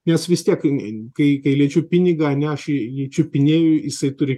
nes vis tiek kai kai kai liečiu pinigą ne aš jį jį čiupinėju jisai turi